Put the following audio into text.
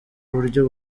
buryo